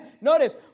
Notice